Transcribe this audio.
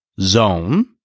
zone